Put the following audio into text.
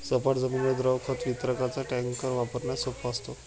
सपाट जमिनीवर द्रव खत वितरकाचा टँकर वापरण्यास सोपा असतो